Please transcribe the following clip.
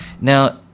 Now